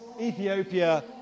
Ethiopia